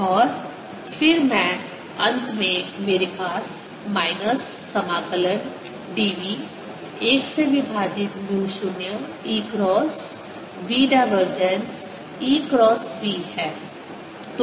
और फिर मैं अंत में मेरे पास माइनस समाकलन dv 1 से विभाजित mu 0 E cross B divergence E cross B है